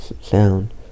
Sound